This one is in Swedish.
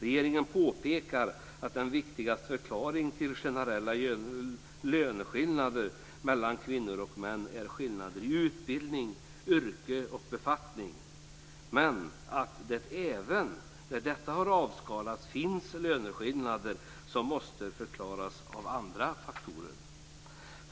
Regeringen påpekar att den viktigaste förklaringen till generella löneskillnader mellan kvinnor och män är skillnader i utbildning, yrke och befattning. Men även när detta är avskalat finns det löneskillnader som måste förklaras med andra faktorer.